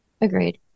Agreed